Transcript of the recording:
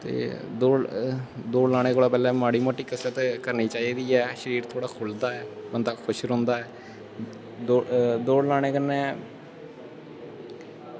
ते दौड़ लाने कोला पैह्लें कोई कसरत ते करनी चाहिदी ऐ ते शरीर साढ़ा खुल्लदा ऐ ते बंदा खुश रौहंदा ऐ